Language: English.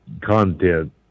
content